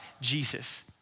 Jesus